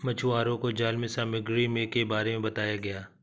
मछुवारों को जाल सामग्री के बारे में बताया गया